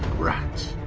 rats.